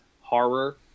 horror